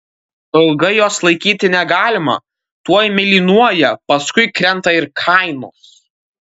o ilgai jos laikyti negalima tuoj mėlynuoja paskui krenta ir kainos